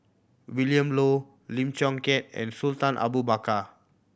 Willin Low Lim Chong Keat and Sultan Abu Bakar